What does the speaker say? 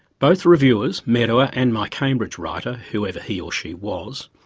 both reviewers, medawar and my cambridge writer, whoever he or she was,